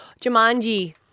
Jumanji